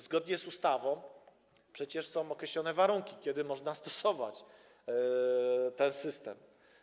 Zgodnie z ustawą są określone warunki, kiedy można stosować ten system.